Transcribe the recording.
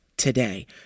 Today